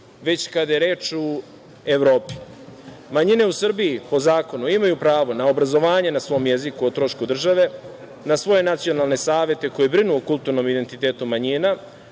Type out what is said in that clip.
već kada je reč u Evropi. Manjine u Srbiji, po zakonu, imaju pravo na obrazovanje na svom jeziku o trošku države, na svoje nacionalne savete koji brinu o kulturnom identitetu manjina,